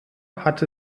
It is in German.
hatte